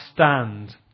stand